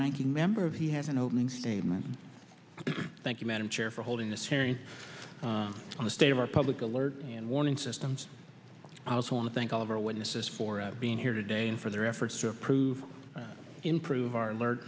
ranking member of he has an opening statement thank you madam chair for holding this hearing on the state of our public alert and warning systems i was on thank all of our witnesses for being here today and for their efforts to approve improve our le